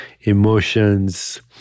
emotions